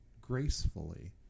gracefully